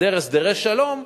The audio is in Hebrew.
בהיעדר הסדרי שלום,